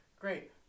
Great